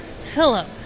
Philip